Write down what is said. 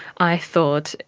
i thought,